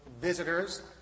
visitors